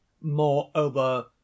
moreover